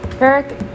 Eric